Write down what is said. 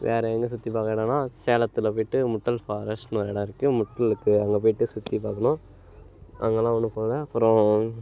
வேறு எங்கள் சுற்றி பார்க்கணுன்னா சேலத்தில் போயிட்டு முட்டல் ஃபாரஸ்ட்னு ஒரு இடம் இருக்குது முட்டலுக்கு அங்கே போயிட்டு சுற்றி பார்க்கணும் அங்கேலாம் வந்து போவேன் அப்புறம்